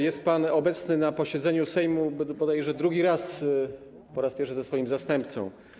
Jest pan obecny na posiedzeniu Sejmu bodajże drugi raz, po raz pierwszy ze swoim zastępcą.